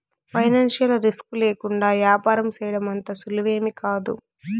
financial risk లేకుండా యాపారం సేయడం అంత సులువేమీకాదు